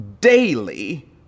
daily